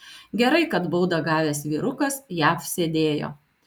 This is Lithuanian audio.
gerai kad baudą gavęs vyrukas jav sėdėjo